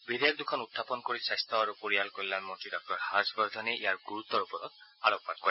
বিধেয়ক দুখন উখাপন কৰি স্বাস্থ্য আৰু পৰিয়াল কল্যাণমন্ত্ৰী ডাঃ হৰ্ষবৰ্ধনে ইয়াৰ গুৰুত্বৰ ওপৰত আলোকপাত কৰে